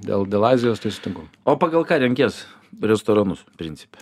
dėl dėl azijos tai sutinku o pagal ką renkies restoranus principe